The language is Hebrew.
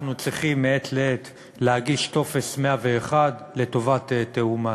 אנחנו צריכים מעת לעת להגיש טופס 101 לשם תיאום מס.